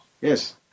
Yes